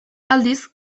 aldiz